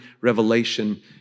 revelation